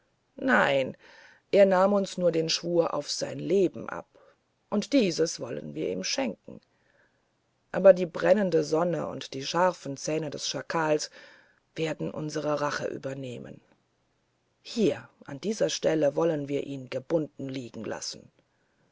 nein er nahm uns nur den schwur auf sein leben ab und dieses wollen wir ihm schenken aber die brennende sonne und die scharfen zähne des schakals werden unsere rache übernehmen hier an dieser stelle wollen wir ihn gebunden liegen lassen